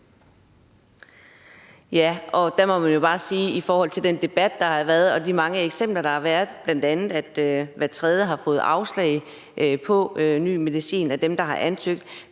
Ja, og der må man jo bare sige i forhold til den debat, der har været, og de mange eksempler, der har været, at hver tredje af dem, der har ansøgt,